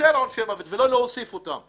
לבטל עונשי מוות ולא להוסיף אותם,